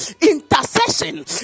intercession